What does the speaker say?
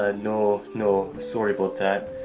ah no, no, sorry about that.